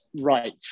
right